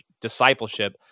discipleship